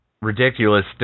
ridiculous